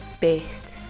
best